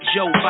Joe